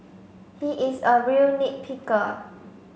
he is a real nit picker